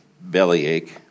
bellyache